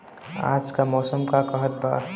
आज क मौसम का कहत बा?